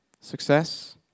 success